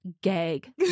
gag